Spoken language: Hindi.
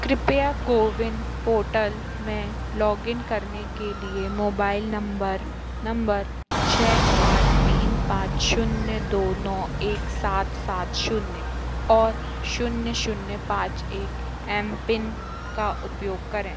कृपया कोविन पोर्टल में लॉग इन करने के लिए मोबाइल नम्बर नम्बर छः आठ तीन पाँच शून्य दो नौ एक सात सात शून्य और एम पिन का उपयोग करें